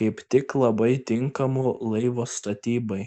kaip tik labai tinkamų laivo statybai